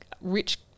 rich